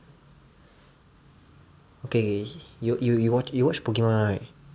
okay you you you watch you watch pokemon [one] right